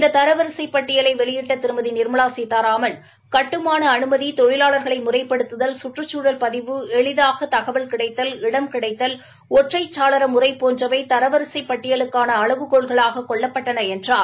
இந்த தரவரிசைப் பட்டியடிலை வெளியிட்ட திருமதி நிர்மலா சீதாராமன் கட்டுமான அனுமதி தொழிலாளர்களை முறைப்படுத்துதல் கற்றுக்சூழல் பதிவு எளிதாக தகவல் கிடைத்தல் இடம் கிடைத்தல் ஒற்றைச் சாளர முறை போன்றவை தர வரிசைப் பட்டியலுக்கான அளவு கோல்களாக கொள்ளப்பட்டன என்றார்